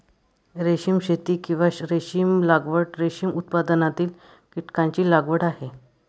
रेशीम शेती, किंवा रेशीम लागवड, रेशीम उत्पादनातील कीटकांची लागवड आहे